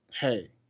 hey